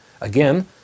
Again